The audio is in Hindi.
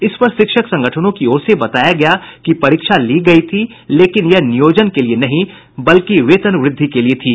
इसपर शिक्षक संगठनों की ओर से बताया गया कि परीक्षा ली गयी थी लेकिन यह नियोजन के लिए नहीं बल्कि वेतन वृद्धि के लिए थी